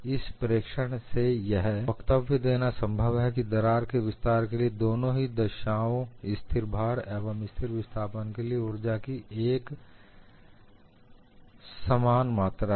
इस प्रेक्षण से यह वक्तव्य देना संभव है कि दरार के विस्तार के लिए दोनों ही दशाओं स्थिर भार एवं स्थिर विस्थापन के लिए ऊर्जा की मात्रा एक समान है